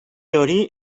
hori